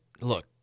look